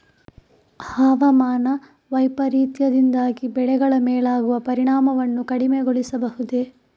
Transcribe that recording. ಹವಾಮಾನ ವೈಪರೀತ್ಯದಿಂದಾಗಿ ಬೆಳೆಗಳ ಮೇಲಾಗುವ ಪರಿಣಾಮವನ್ನು ಕಡಿಮೆಗೊಳಿಸಬಹುದೇ?